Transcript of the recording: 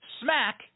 smack